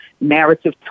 narrative